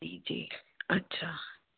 जी जी अच्छा